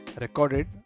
recorded